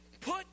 put